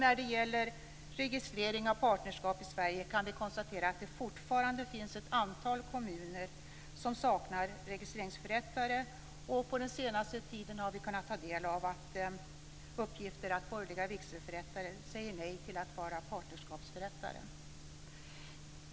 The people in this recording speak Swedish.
När det gäller registrering av partnerskap i Sverige kan vi konstatera att det fortfarande finns ett antal kommuner som saknar registreringsförrättare, och på senaste tiden har vi kunnat ta del av uppgifter om att borgerliga vigselförrättare säger nej till att vara partnerskapsförrättare.